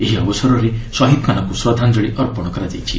ଏହି ଅବସରରେ ଶହିଦ୍ମାନଙ୍କୁ ଶ୍ରଦ୍ଧାଞ୍ଜଳି ଅର୍ପଣ କରାଯାଉଛି